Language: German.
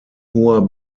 hoher